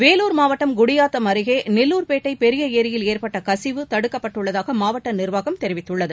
வேலூர் மாவட்டம் குடியாத்தம் அருகே நெல்லூர்பேட்டை பெரிய ஏரியில் ஏற்பட்ட கசிவு தடுக்கப்பட்டுள்ளதாக மாவட்ட நிர்வாகம் தெரிவித்துள்ளது